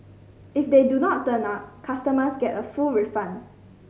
if they do not turn up customers get a full refund